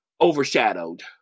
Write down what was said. overshadowed